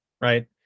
right